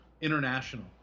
international